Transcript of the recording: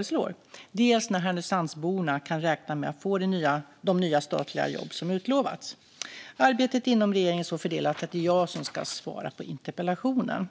också frågat när Härnösandsborna kan räkna med att få de nya statliga jobb som utlovats. Arbetet inom regeringen är så fördelat att det är jag som ska svara på interpellationen.